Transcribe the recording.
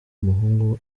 umuhungu